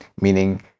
meaning